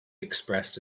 expressed